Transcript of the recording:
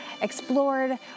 explored